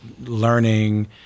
learning